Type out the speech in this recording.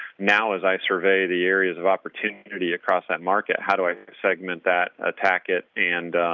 now as i survey the areas of opportunity across that market, how do i segment that, attack it, and